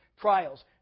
trials